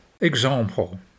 Example